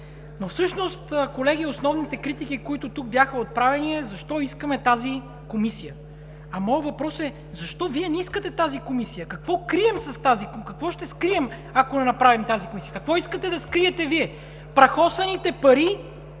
Но всъщност, колеги, основните критики, които тук бяха отправени, е защо искаме тази комисия? А моят въпрос е: защо Вие не искате тази комисия? Какво крием, какво ще скрием, ако не направим тази комисия? Какво искате да скриете Вие – прахосаните пари